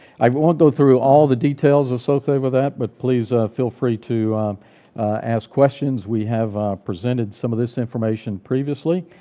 i won't go through all the details associated with that, but please feel free to ask questions. we have presented some of this information previously,